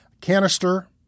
canister